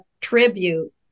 tribute